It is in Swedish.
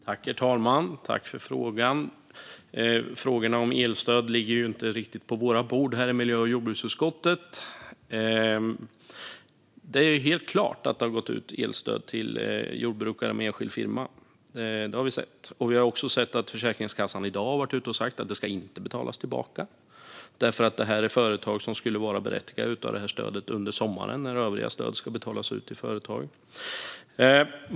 Herr talman! Jag tackar ledamoten för frågan. Frågorna om elstöd ligger ju inte riktigt på vårt bord i miljö och jordbruksutskottet. Det är helt klarlagt att det har gått ut elstöd till jordbrukare med enskild firma; det har vi sett. Vi har också sett att Försäkringskassan i dag har sagt att det inte ska betalas tillbaka, för detta är företag som skulle vara berättigade till det här stödet under sommaren när övriga stöd ska betalas ut till företag.